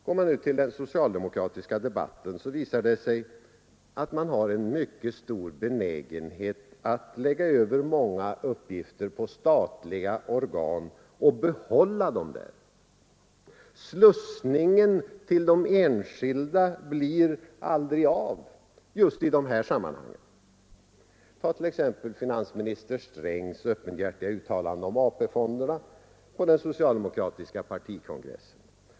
Går man till den socialdemokratiska debatten, visar det sig att socialdemokraterna har mycket stor benägenhet att lägga över många uppgifter på statliga organ och behålla dem där. Slussningen till de enskilda blir aldrig av. Tag t.ex. finansminister Strängs öppenhjärtiga uttalande om AP-fonderna på den socialdemokratiska partikongressen.